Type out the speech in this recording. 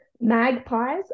magpies